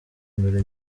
imbere